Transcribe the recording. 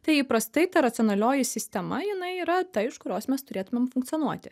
tai įprastai ta racionalioji sistema jinai yra ta iš kurios mes turėtumėm funkcionuoti